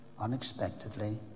unexpectedly